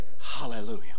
hallelujah